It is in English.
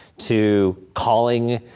to calling,